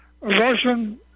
Russian